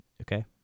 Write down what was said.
okay